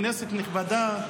כנסת נכבדה,